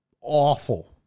awful